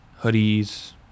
hoodies